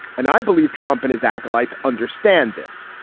and i believe trump and his acolytes understand this.